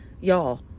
y'all